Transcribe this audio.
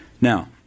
Now